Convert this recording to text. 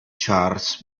charles